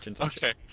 Okay